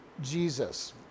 Jesus